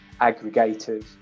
aggregators